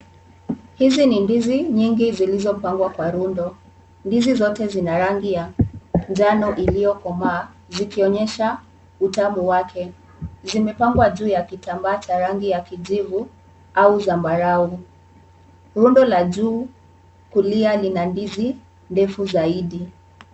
Hizi ni ndizi nyingi zilizopangwa kwa rundo. Ndizi zote zina rangi ya njano iliyokomaa zikionyesha utamu wake. Zimepangwa juu ya kitambaa cha rangi ya kijivu au zambarau. Rundo la juu kulia lina ndizi ndefu zaidi.